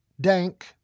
dank